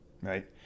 Right